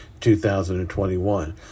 2021